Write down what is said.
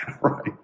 Right